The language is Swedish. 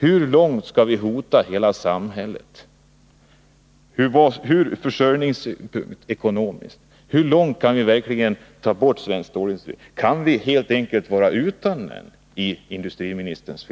utan att försörjningsekonomiskt hota hela samhället? Kan vi enligt industriministerns filosofi helt enkelt vara utan svensk stålindustri?